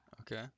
okay